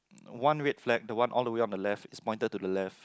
one red flag the one all the way on the left is pointed to the left